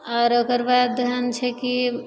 आओर ओकर बाद हँ छै कि